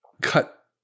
cut